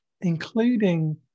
including